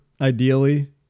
Ideally